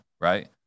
right